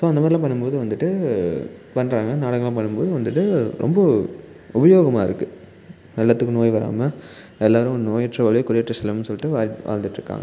so அந்த மாதிரிலாம் பண்ணும்போது வந்துட்டு பண்ணுறாங்க நாடகமெலாம் பண்ணும்போது வந்துட்டு ரொம்ப உபயோகமாக இருக்குது எல்லாத்துக்கும் நோய் வராமல் எல்லோரும் நோயற்ற வாழ்வே குறைவற்ற செல்வம்ன்னு சொல்லிட்டு வாழ் வாழ்ந்துட்டிருக்காங்க